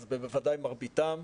אז בוודאי מרביתם,